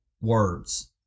words